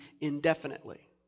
indefinitely